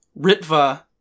Ritva